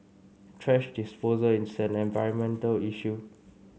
thrash disposal is an environmental issue